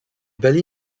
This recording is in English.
barely